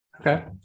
Okay